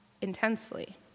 intensely